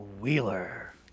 Wheeler